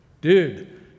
Dude